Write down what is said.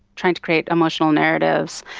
trying to create emotional narratives,